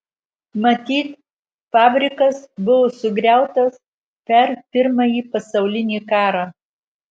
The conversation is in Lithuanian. matyt fabrikas buvo sugriautas per pirmąjį pasaulinį karą